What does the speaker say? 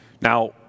Now